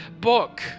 book